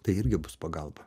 tai irgi bus pagalba